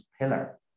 pillar